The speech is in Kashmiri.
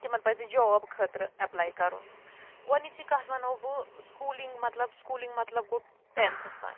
تِمَن پَزِ جاب خٲطرٕ اٮ۪پلَے کَرُن گۄڈٕنِچی کَتھ وَنو بہٕ سٕکولِنٛگ مطلب سٕکولِنٛگ گوٚو ٹٮ۪نٛتھَس تام